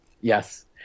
Yes